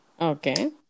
Okay